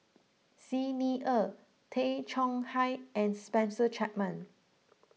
Xi Ni Er Tay Chong Hai and Spencer Chapman